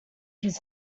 his